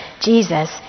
Jesus